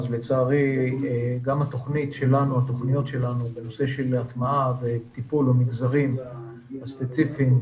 לצערי גם התוכניות שלנו בנושא של הטמעה וטיפול במגזרים הספציפיים,